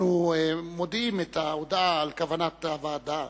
אנחנו מודיעים את ההודעה על כוונת הוועדה